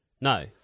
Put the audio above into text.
No